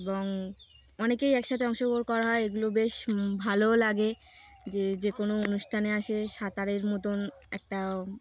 এবং অনেকেই একসাথে অংশগ্রহণ করা হয় এগুলো বেশ ভালোও লাগে যে যে কোনো অনুষ্ঠানে আসে সাঁতারের মতন একটা